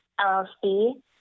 LLC